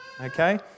okay